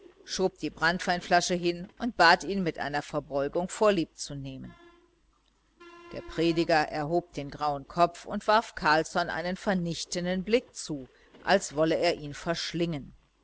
schob die branntweinflasche hin und bat ihn mit einer verbeugung vorliebzunehmen der prediger erhob den grauen kopf und warf carlsson einen vernichtenden blick zu als wolle er ihn verschlingen